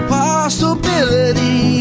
possibility